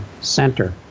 center